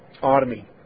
army